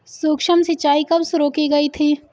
सूक्ष्म सिंचाई कब शुरू की गई थी?